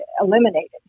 eliminated